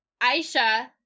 Aisha